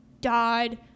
died